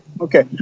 Okay